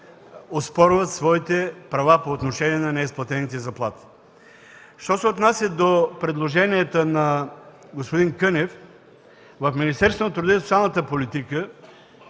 оспорват своите права по отношение на неизплатените заплати. Що се отнася до предложенията на господин Кънев, в Министерството на труда и социалната политика